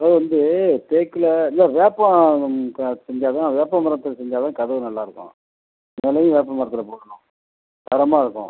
வந்து தேக்கில் இல்லை வேப்பம் செஞ்சால் தான் வேப்பம் மரத்தில் செஞ்சால் தான் கதவு நல்லாயிருக்கும் நிலையும் வேப்பம் மரத்தில் போடணும் தரமாக இருக்கும்